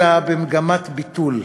אלא במגמת ביטול.